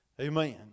Amen